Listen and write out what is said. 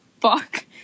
fuck